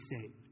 saved